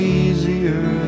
easier